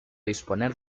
disponer